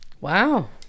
Wow